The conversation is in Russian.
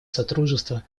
содружества